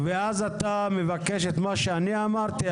ואז אתה מבקש את מה שאני אמרתי,